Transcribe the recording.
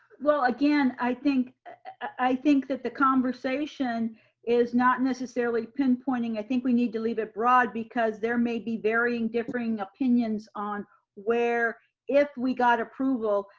well again, i think i think that the conversation is not necessarily pinpointing i think we need to leave it broad because there may be varying differing opinions on where if we got approval,